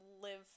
live